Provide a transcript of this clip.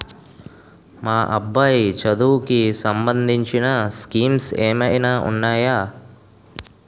మా అబ్బాయి చదువుకి సంబందించిన స్కీమ్స్ ఏమైనా ఉన్నాయా?